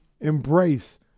embrace